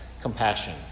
Compassion